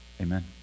Amen